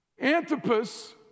Antipas